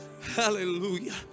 Hallelujah